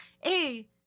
hey